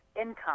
income